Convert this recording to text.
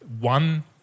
one